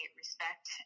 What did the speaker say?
respect